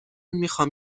میخوام